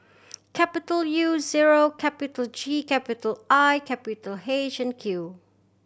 capital U zero capital G capital I capital H and Q